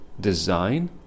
design